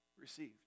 Received